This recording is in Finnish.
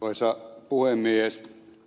arvoisa puhemies